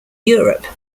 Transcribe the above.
europe